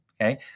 Okay